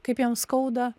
kaip jam skauda